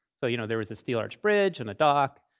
so you know, there is a steel arch bridge and a dock.